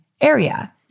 area